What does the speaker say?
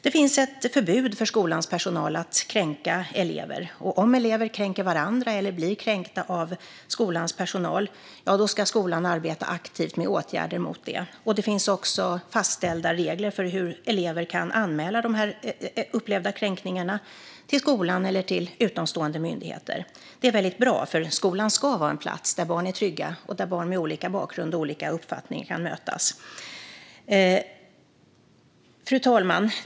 Det finns ett förbud för skolans personal mot att kränka elever. Om elever kränker varandra eller blir kränkta av skolans personal ska skolan arbeta aktivt med åtgärder mot detta. Det finns också fastställda regler för hur elever kan anmäla de upplevda kränkningarna till skolan eller till utomstående myndigheter. Detta är väldigt bra, för skolan ska vara en plats där barn är trygga och där barn med olika bakgrund och olika uppfattning kan mötas. Fru talman!